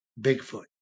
Bigfoot